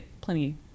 plenty